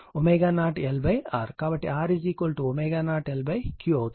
కాబట్టి R ω0 L Q అవుతుంది